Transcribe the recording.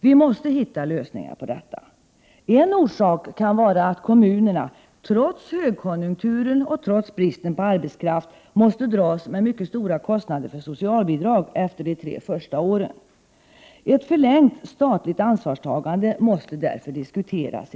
Vi måste finna lösningar på detta problem. En orsak kan vara att kommunerna — trots högkonjunkturen och bristen på arbetskraft — måste dras med mycket stora kostnader för socialbidrag efter de första tre åren. Enligt vår uppfattning bör ett förlängt statligt ansvarstagande därför diskuteras.